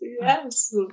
Yes